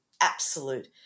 absolute